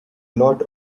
lot